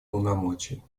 полномочий